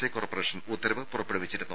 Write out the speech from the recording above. I corporation ഉത്തരവ് പുറപ്പെടുവിച്ചിരുന്നു